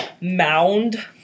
mound